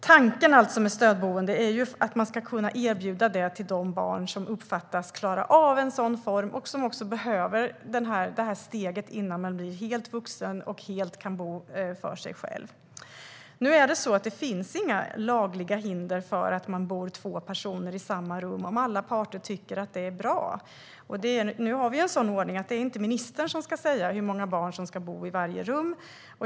Tanken med stödboende är att det ska kunna erbjudas de barn som uppfattas klara av en sådan form och som behöver detta steg innan de är helt vuxna och kan bo för sig själva. Det finns inga lagliga hinder för att två personer bor i samma rum, om alla parter tycker att det är bra. Vi har en ordning där det inte är ministern som ska säga hur många barn som ska bo i varje rum.